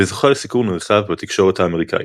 וזוכה לסיקור נרחב בתקשורת האמריקאית.